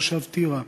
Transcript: תושב טירה,